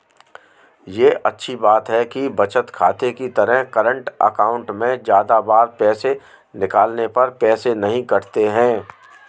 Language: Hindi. ये अच्छी बात है कि बचत खाते की तरह करंट अकाउंट में ज्यादा बार पैसे निकालने पर पैसे नही कटते है